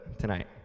tonight